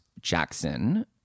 Jackson